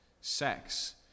sex